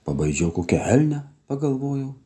pabaidžiau kokią elnią pagalvojau